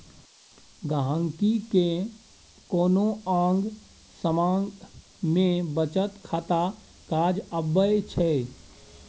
गांहिकी केँ कोनो आँग समाँग मे बचत खाता काज अबै छै